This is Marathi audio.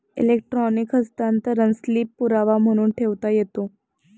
इलेक्ट्रॉनिक हस्तांतरण स्लिप पुरावा म्हणून ठेवता येते